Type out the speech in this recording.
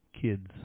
kids